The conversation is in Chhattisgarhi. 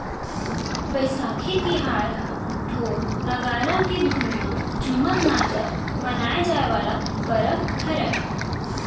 बइसाखी तिहार ह ढोर, नंगारा के धुन म झुमत नाचत मनाए जाए वाला परब हरय